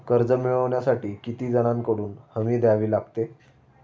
कर्ज मिळवण्यासाठी किती जणांकडून हमी द्यावी लागते?